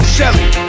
Shelly